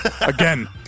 again